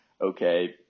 Okay